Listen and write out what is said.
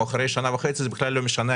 או אחרי שנה וחצי זה בכלל לא משנה,